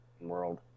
world